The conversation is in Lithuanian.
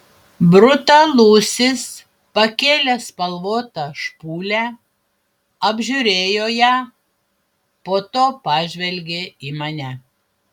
brutalusis pakėlė spalvotą špūlę apžiūrėjo ją po to pažvelgė į mane